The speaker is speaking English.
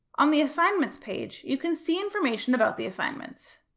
on the assignments page, you can see information about the assignments.